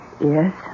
Yes